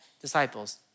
disciples